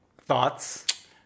Thoughts